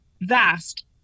vast